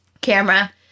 camera